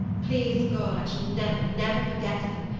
please god, i shall never, never forget them,